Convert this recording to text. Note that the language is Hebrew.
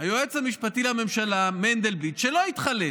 היועץ המשפטי לממשלה מנדלבליט, שלא התחלף,